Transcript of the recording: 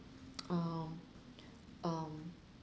um um